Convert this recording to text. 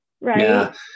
Right